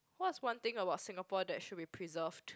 what's one thing about Singapore that should be preserved